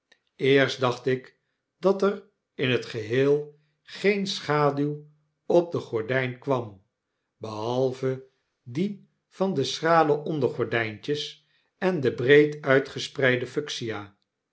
eerst dacht ik dat er in het geheel geen schaduw op de gordyn kwam behalve die van de schrale ondergordijntjes en de breed uitgespreide fuchsia